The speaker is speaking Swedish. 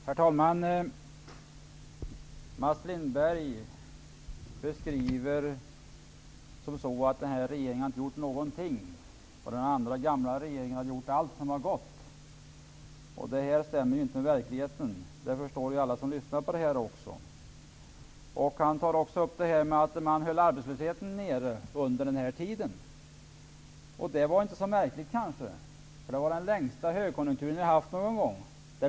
Herr talman! Mats Lindberg beskriver det som att den här regeringen inte har gjort någonting och att den tidigare regeringen gjorde allt som gick att göra. Det stämmer inte med verkligheten. Det förstår alla som lyssnar på detta. Han tog också upp detta med att man höll nivån på arbetslösheten nere under den här tiden. Det var kanske inte så märkligt. Det var ju den längsta högkonjunktur som vi någon gång har haft.